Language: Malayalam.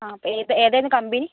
അപ്പോൾ ഏത് ഏതായിരുന്നു കമ്പനി